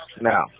Now